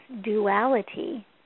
duality